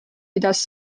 pidas